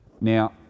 Now